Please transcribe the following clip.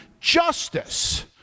justice